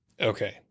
Okay